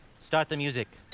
start the music.